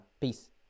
Peace